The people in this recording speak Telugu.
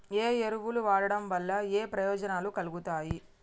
ఏ ఎరువులు వాడటం వల్ల ఏయే ప్రయోజనాలు కలుగుతయి?